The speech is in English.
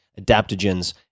adaptogens